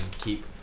keep